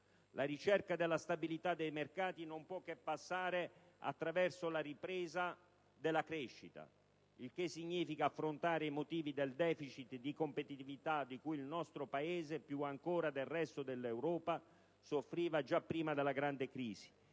La ricerca della stabilità dei mercati non può che passare attraverso la ripresa della crescita; il che significa affrontare i motivi del *deficit* di competitività di cui il nostro Paese, più ancora del resto dell'Europa, soffriva già prima della grande crisi